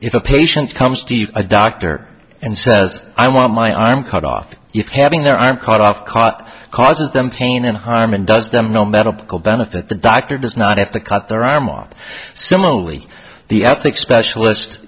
if a patient comes to a doctor and says i want my arm cut off having their i'm caught off caught causes them pain and harm and does them no medical benefit the doctor does not have to cut their arm off similarly the i think specialist